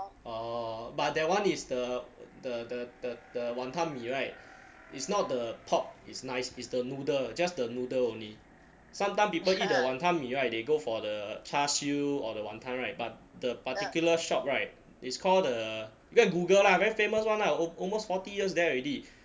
orh but that one is the the the the the the wanton mee [right] it's not the pork is nice is the noodle just the noodle only sometime people eat one wanton mee [right] they go for the char siew or the wanton [right] but the particular shop [right] is called the you go and google lah very famous [one] al~ almost forty years there already